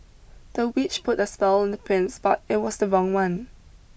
the witch put a spell on the prince but it was the wrong one